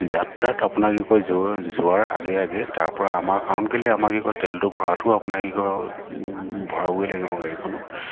যাত্ৰাত আপোনাক কি কয় য যোৱাৰ আগে আগে তাৰপৰা আমাৰ কাৰণ কেলৈ আমাৰ কি কয় তেলটো ভৰোৱাটো আপোনাক কয় ভৰাবই লাগিব গাড়ীখনত